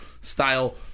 Style